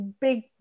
big